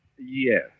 Yes